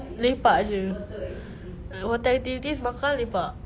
lepak jer water activities makan lepak